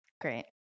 Great